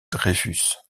dreyfus